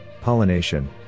pollination